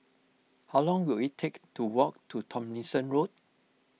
how long will it take to walk to Tomlinson Road